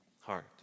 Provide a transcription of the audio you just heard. heart